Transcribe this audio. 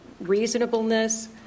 reasonableness